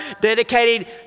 dedicated